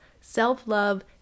self-love